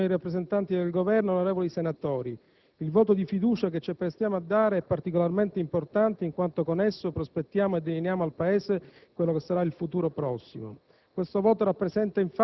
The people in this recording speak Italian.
Signor Presidente, signori rappresentanti del Governo, onorevoli senatori, il voto di fiducia che ci apprestiamo a dare è particolarmente importante in quanto con esso prospettiamo e delineiamo al Paese quello che sarà il suo futuro prossimo.